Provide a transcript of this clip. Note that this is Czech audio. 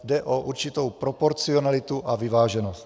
Jde o určitou proporcionalitu a vyváženost.